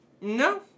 No